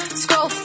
scroll